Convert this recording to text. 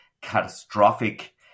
catastrophic